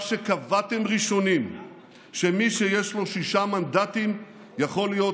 שקבעתם ראשונים שמי שיש לו שישה מנדטים יכול להיות